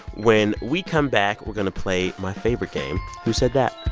when we come back, we're going to play my favorite game who said that?